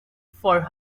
for